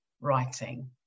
writing